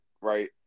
right